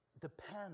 depend